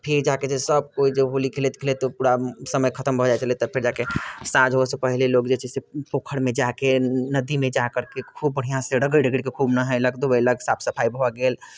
फेर जाके जे सबकोइ होली खेलैत खेलैत पूरा समय खतम भऽ जाइ छलै तब फेर जाके साँझ होइसँ पहिले लोक जे छै से पोखरिमे जाकऽ नदीमे जाकरके खूब बढ़िआँसँ रगड़ि रगड़िके खूब नहेलक धुएलक साफ सफाइ भऽ गेल